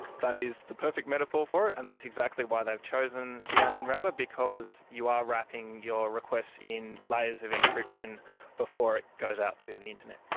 that is the perfect metaphor for it and that's exactly why they've chosen the onion router, because you are wrapping your request in layers of encryption before it goes out to the internet.